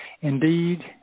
Indeed